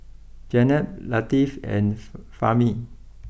Jenab Latif and Fahmi